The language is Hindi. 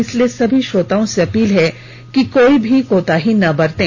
इसलिए सभी श्रोताओं से अपील है कि कोई भी कोताही ना बरतें